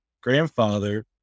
grandfather